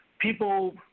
people